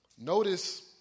Notice